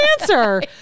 answer